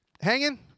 hanging